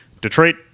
Detroit